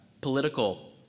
political